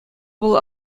вӑл